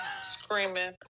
screaming